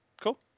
cool